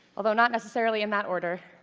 although not necessarily in that order.